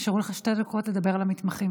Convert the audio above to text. נשארו לך שתי דקות לדבר על המתמחים.